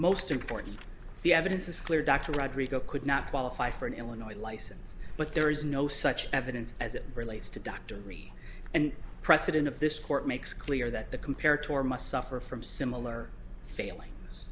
most important the evidence is clear dr rodriguez could not qualify for an illinois license but there is no such evidence as it relates to dr reid and president of this court makes clear that the compared to our must suffer from similar failings